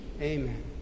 Amen